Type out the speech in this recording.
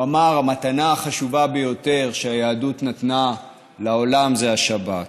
הוא אמר: "המתנה החשובה ביותר שהיהדות נתנה לעולם היא השבת".